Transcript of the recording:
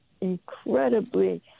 incredibly